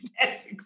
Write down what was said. Yes